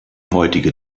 heutige